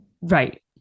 Right